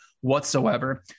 whatsoever